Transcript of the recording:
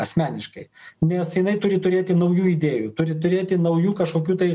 asmeniškai nes jinai turi turėti naujų idėjų turi turėti naujų kažkokių tai